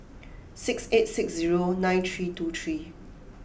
six eight six zero nine three two three